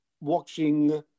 watching